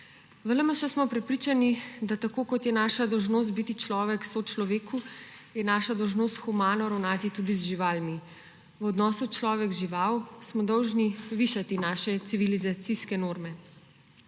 V LMŠ smo prepričani, da tako kot je naša dolžnost biti človek sočloveku, je naša dolžnost humano ravnati tudi z živalmi. V odnosu človek – žival smo dolžni višati svoje civilizacijske norme.